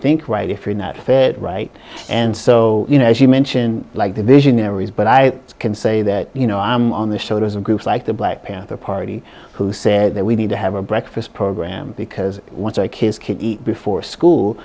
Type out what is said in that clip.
think right if you're not fit right and so you know as you mentioned like the visionaries but i can say that you know i'm on the shoulders of groups like the black panther party who said that we need to have a breakfast program because once i kids can eat before school